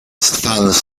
funds